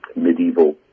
medieval